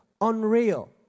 Unreal